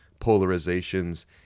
polarizations